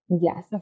Yes